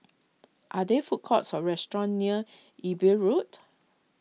are there food courts or restaurants near Imbiah Road